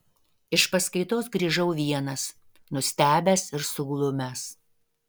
iš paskaitos grįžau vienas nustebęs ir suglumęs